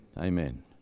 amen